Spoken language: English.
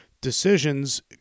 decisions